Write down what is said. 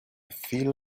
feel